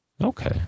Okay